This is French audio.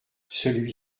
celui